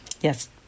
Yes